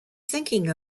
thinking